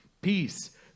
Peace